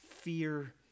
fear